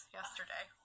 yesterday